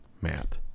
Matt